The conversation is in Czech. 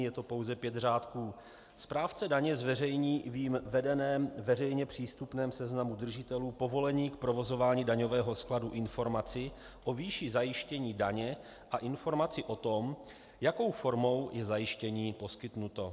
Je to pouze pět řádků: Správce daně zveřejní v jím vedeném veřejně přístupném seznamu držitelů povolení k provozování daňového skladu informaci o výši zajištění daně a informaci o tom, jakou formou je zajištění poskytnuto.